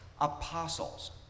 apostles